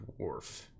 dwarf